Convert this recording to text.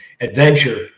adventure